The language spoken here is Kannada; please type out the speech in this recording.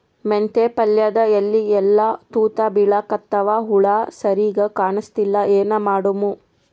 ಮೆಂತೆ ಪಲ್ಯಾದ ಎಲಿ ಎಲ್ಲಾ ತೂತ ಬಿಳಿಕತ್ತಾವ, ಹುಳ ಸರಿಗ ಕಾಣಸ್ತಿಲ್ಲ, ಏನ ಮಾಡಮು?